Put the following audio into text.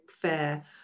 fair